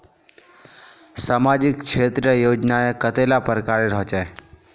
सामाजिक क्षेत्र योजनाएँ कतेला प्रकारेर होचे?